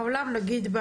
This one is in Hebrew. בעולם נגיד,